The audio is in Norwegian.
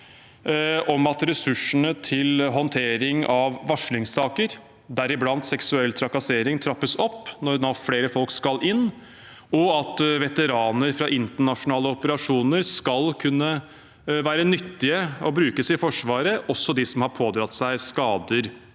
om at ressursene til håndtering av varslingssaker, deriblant seksuell trakassering, trappes opp når flere folk nå skal inn, og at veteraner fra internasjonale operasjoner skal kunne være nyttige og brukes i Forsvaret, også de som har pådratt seg skader